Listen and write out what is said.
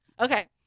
Okay